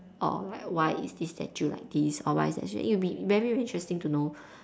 or like why is this statue like this or why is that it will be very very interesting to know